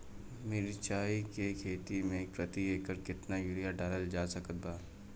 मिरचाई के खेती मे प्रति एकड़ केतना यूरिया डालल जा सकत बा?